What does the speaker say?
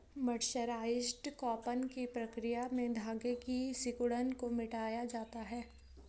mercerised cotton की प्रक्रिया में धागे की सिकुड़न को मिटाया जाता है